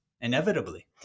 inevitably